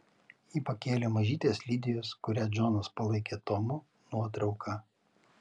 ji pakėlė mažytės lidijos kurią džonas palaikė tomu nuotrauką